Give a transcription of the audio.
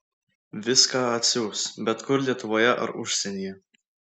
viską atsiųs bet kur lietuvoje ar užsienyje